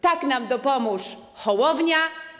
Tak nam dopomóż Hołownia!